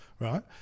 Right